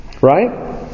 Right